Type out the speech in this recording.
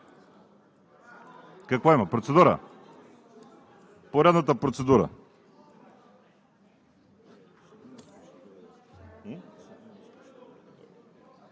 Какво има – процедура? Поредната процедура.